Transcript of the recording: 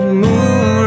moon